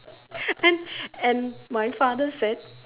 and and my father said